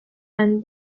and